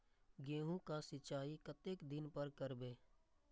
गेहूं का सीचाई कतेक दिन पर करबे?